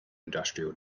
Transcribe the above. industrial